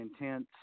intense